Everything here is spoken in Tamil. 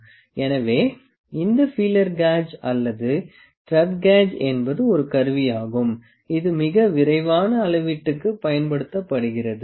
எனவே இந்த ஃபீலர் கேஜ் அல்லது த்ரெட் கேஜ் என்பது ஒரு கருவியாகும் இது மிக விரைவான அளவீட்டுக்கு பயன்படுத்தப்படுகிறது